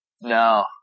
No